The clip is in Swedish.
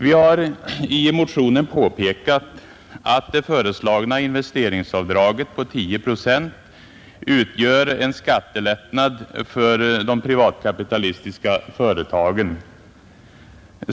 Vi har i motionen påpekat, att det föreslagna investeringsavdraget på 10 procent utgör en skattelättnad för de privatkapitalistiska företagen.